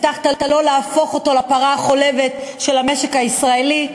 הבטחת לא להפוך אותו לפרה החולבת של המשק הישראלי.